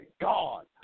God